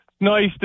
nice